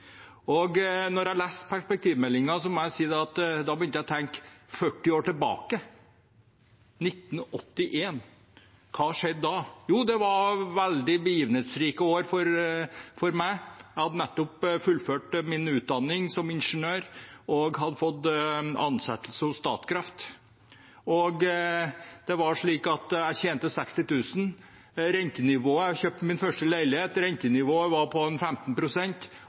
jeg leste perspektivmeldingen, begynte jeg å tenke 40 år tilbake, til 1981. Hva skjedde da? Jo, det var veldig begivenhetsrike år for meg. Jeg hadde nettopp fullført min utdanning som ingeniør og hadde fått ansettelse hos Statkraft. Det var slik at jeg tjente 60 000 kr. Jeg kjøpte min første leilighet, og rentenivået var på